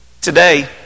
Today